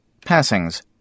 Passings